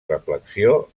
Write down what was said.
reflexió